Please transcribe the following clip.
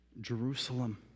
Jerusalem